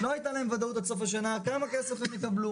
לא הייתה להם ודאות עד סוף השנה כמה כסף הם יקבלו